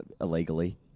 illegally